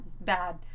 Bad